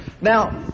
now